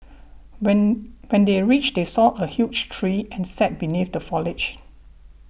when when they reached they saw a huge tree and sat beneath the foliage